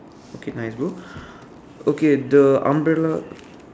okay nice bro okay the umbrella